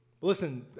Listen